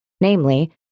namely